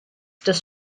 des